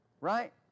right